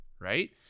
right